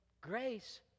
grace